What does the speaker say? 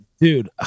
dude